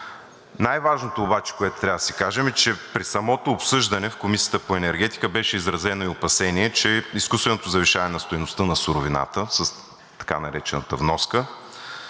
Най-важното обаче, което трябва да си кажем, е, че при самото обсъждане в Комисията по енергетика беше изразено и опасение, че изкуственото завишаване на стойността на суровината с така наречената вноска